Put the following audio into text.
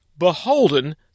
beholden